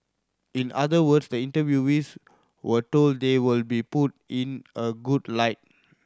in other words the interviewees were told they will be put in a good light